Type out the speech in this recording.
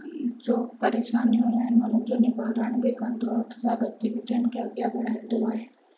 जो परेशानियूं आहिनि उन जो निवारण बि कंदो आहे गतिविधियुनि खे अॻियां बढ़ाईंदो आहे